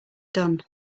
done